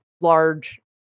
large